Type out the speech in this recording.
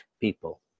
people